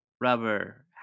Rubber